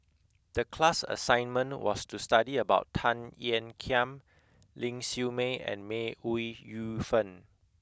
the class assignment was to study about Tan Ean Kiam Ling Siew May and May Ooi Yu Fen